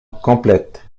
complète